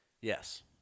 yes